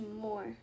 more